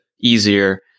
easier